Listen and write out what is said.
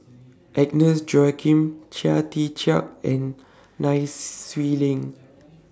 Agnes Joaquim Chia Tee Chiak and Nai Swee Leng